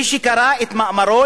מי שקרא את מאמרו,